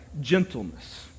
gentleness